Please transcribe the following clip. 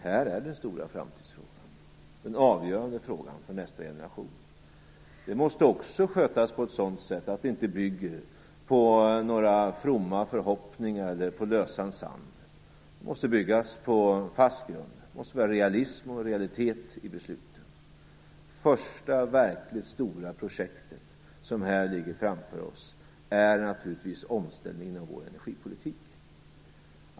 Detta är den stora framtidsfrågan och den avgörande frågan för nästa generation. Den måste också skötas på ett sådant sätt att den inte bygger på några fromma förhoppningar eller på lösan sand. Den måste byggas på fast grund. Det måste vara realism och realitet i besluten. Det första verkligt stora projektet som här ligger framför oss är naturligtvis omställningen av vår energipolitik.